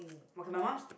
okay my mum's